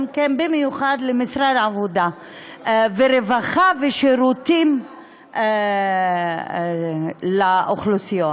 במיוחד למשרד העבודה והרווחה והשירותים לאוכלוסייה.